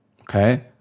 okay